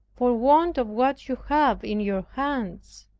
for want of what you have in your hands.